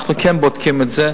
אנחנו כן בודקים את זה,